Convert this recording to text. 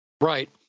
Right